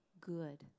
good